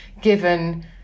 given